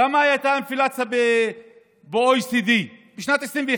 כמה הייתה האינפלציה במדינות ה-OECD בשנת 2021?